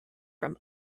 from